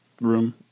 Room